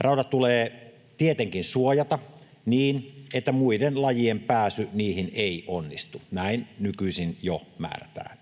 Raudat tulee tietenkin suojata niin, että muiden lajien päässyt niihin ei onnistu. Näin nykyisin jo määrätään.